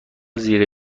زیر